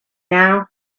now